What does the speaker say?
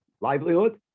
livelihood